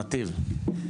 נתיב.